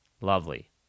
Lovely